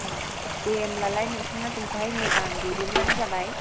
ए दे होमब्लालाय नोंथाङा जोंखौहाय मोजां दैदेनब्लानो जाबाय